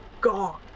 gone